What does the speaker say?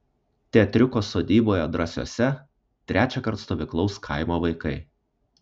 teatriuko sodyboje drąsiuose trečiąkart stovyklaus kaimo vaikai